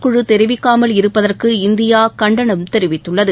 குழு தெரிவிக்காமல் இருப்பதற்கு இந்தியா கண்டனம் தெரிவித்துள்ளது